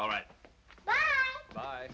all right bye